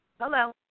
Hello